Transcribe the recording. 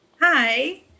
Hi